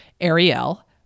Ariel